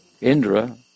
Indra